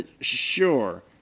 Sure